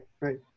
right